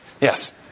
Yes